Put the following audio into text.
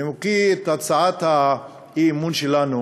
בנימוקי את הצעת האי-אמון שלנו